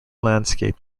landscape